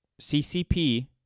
CCP